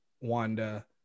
Wanda